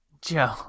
Joe